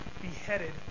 beheaded